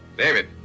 david.